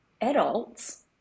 Adults